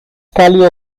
cálidos